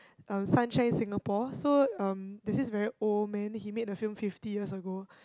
um Sunshine Singapore so um there's this very old man he made the film fifty years ago